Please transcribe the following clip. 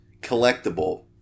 collectible